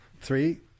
Three